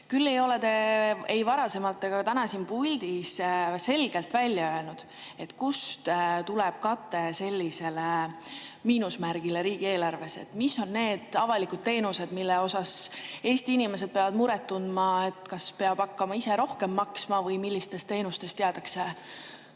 Te ei ole ei varem ega ka täna siin puldis selgelt välja öelnud, kust tuleb kate sellisele miinusmärgile riigieelarves. Mis on need avalikud teenused, mille pärast Eesti inimesed peavad muret tundma, et peab hakkama ise rohkem maksma, või millistest teenustest jäädakse